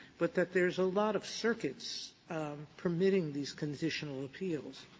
but that there's a lot of circuits permitting these conditional appeals.